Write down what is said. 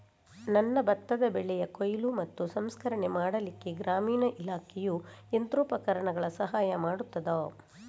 ನನ್ನ ಭತ್ತದ ಬೆಳೆಯ ಕೊಯ್ಲು ಮತ್ತು ಸಂಸ್ಕರಣೆ ಮಾಡಲಿಕ್ಕೆ ಗ್ರಾಮೀಣ ಇಲಾಖೆಯು ಯಂತ್ರೋಪಕರಣಗಳ ಸಹಾಯ ಮಾಡುತ್ತದಾ?